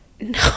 no